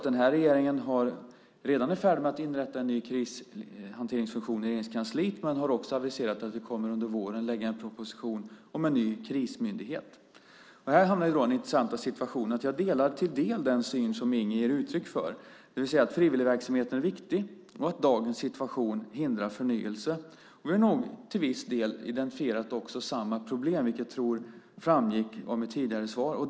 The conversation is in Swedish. Den här regeringen är redan i färd med att inrätta en ny krishanteringsfunktion i Regeringskansliet, men vi har också aviserat att vi under våren kommer att lägga fram en proposition om en ny krismyndighet. Här hamnar vi i den intressanta situationen att jag delar till en viss del den syn som Inger ger uttryck för, det vill säga att frivilligverksamheten är viktig och att dagens situation hindrar förnyelse. Vi har nog till viss del identifierat också samma problem, vilket jag tror framgick av mitt tidigare svar.